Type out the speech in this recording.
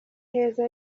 heza